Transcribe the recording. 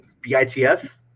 B-I-T-S